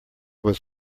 was